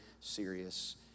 serious